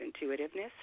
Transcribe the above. intuitiveness